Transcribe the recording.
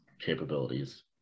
capabilities